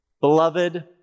Beloved